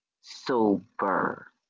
sober